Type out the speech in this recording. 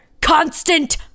constant